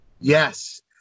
yes